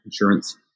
insurance